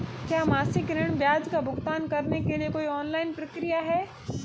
क्या मासिक ऋण ब्याज का भुगतान करने के लिए कोई ऑनलाइन प्रक्रिया है?